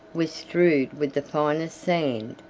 was strewed with the finest sand,